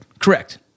Correct